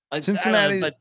Cincinnati